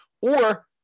Or-